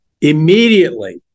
Immediately